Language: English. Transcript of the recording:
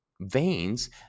veins